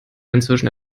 inzwischen